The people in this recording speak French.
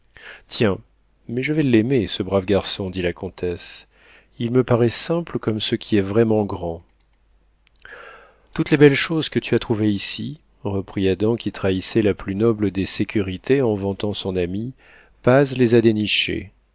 tiens mais je vais l'aimer ce brave garçon dit la comtesse il me paraît simple comme ce qui est vraiment grand toutes les belles choses que tu as trouvées ici reprit adam qui trahissait la plus noble des sécurités en vantant son ami paz les a dénichées